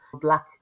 black